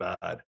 bad